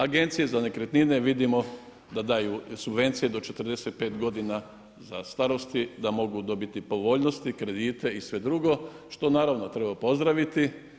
Agencije za nekretnine vidimo da daju subvencije do 45 godina starosti da mogu dobiti povoljnosti, kredite i sve druge što naravno treba pozdraviti.